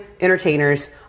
entertainers